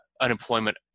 unemployment